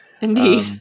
Indeed